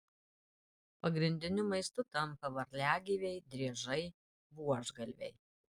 pagrindiniu maistu tampa varliagyviai driežai buožgalviai